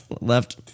left